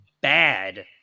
bad